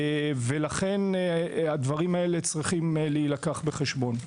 ולכן הדברים האלה צריכים להילקח בחשבון.